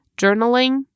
Journaling